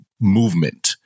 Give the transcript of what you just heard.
movement